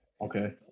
Okay